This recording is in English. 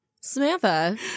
Samantha